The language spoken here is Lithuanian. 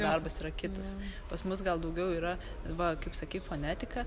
darba yra kitas pas mus gal daugiau yra va kaip sakei fonetika